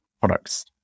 products